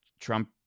Trump